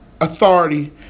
authority